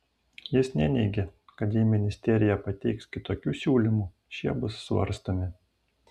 jis neneigė kad jei ministerija pateiks kitokių siūlymų šie bus svarstomi